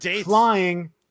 flying